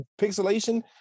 pixelation